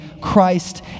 Christ